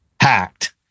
hacked